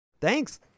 thanks